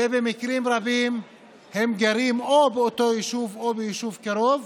ושבמקרים רבים הם גרים באותו יישוב או ביישוב קרוב.